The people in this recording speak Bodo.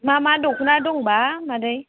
मा मा दखना दंबा मादै